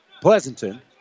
Pleasanton